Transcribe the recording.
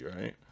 right